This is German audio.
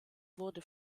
wurde